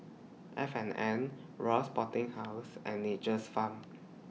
F and N Royal Sporting House and Nature's Farm